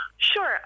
Sure